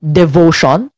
devotion